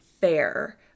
fair